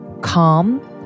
calm